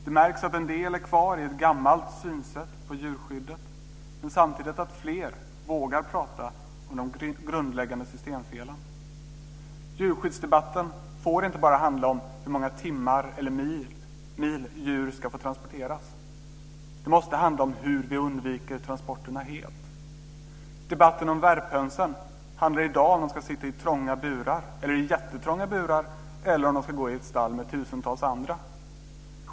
Det märks att en del är kvar i ett gammalt synsätt på djurskyddet men samtidigt att fler vågar prata om de grundläggande systemfelen. Djurskyddsdebatten får inte bara handla om hur många timmar eller mil djur ska få transporteras. Den måste handla om hur vi undviker transporterna helt. Debatten om värphönsen handlar i dag om ifall de ska sitta i trånga eller jättetrånga burar eller om de ska gå i ett stall med tusentals andra.